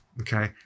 okay